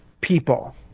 people